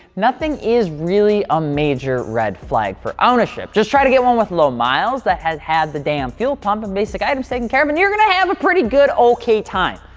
nothing is really a major red flag for ownership. just try to get one with low miles that has had the damn fuel pump and basic items taken care of, and you're gonna have a pretty good, okay time.